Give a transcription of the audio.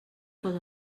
posa